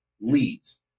leads